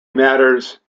matters